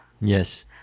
Yes